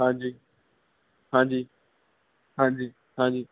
ਹਾਂਜੀ ਹਾਂਜੀ ਹਾਂਜੀ ਹਾਂਜੀ